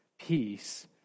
peace